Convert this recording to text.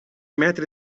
metri